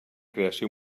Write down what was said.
creació